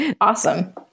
awesome